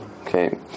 okay